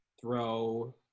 throw